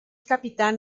capitán